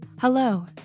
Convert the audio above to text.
Hello